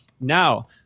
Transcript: Now